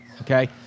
okay